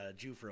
Jufro